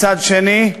מצד שני,